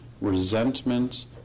resentment